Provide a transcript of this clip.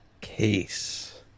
case